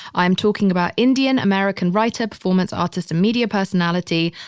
i am talking about indian-american writer, performance artist, and media personality,